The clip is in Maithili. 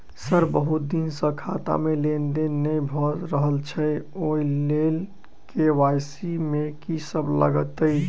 सर बहुत दिन सऽ खाता मे लेनदेन नै भऽ रहल छैय ओई लेल के.वाई.सी मे की सब लागति ई?